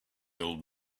old